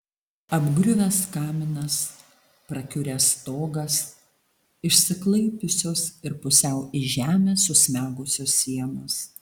apgriuvęs kaminas prakiuręs stogas išsiklaipiusios ir pusiau į žemę susmegusios sienos